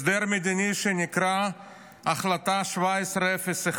הסדר מדיני שנקרא החלטה 1701,